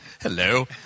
Hello